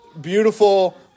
beautiful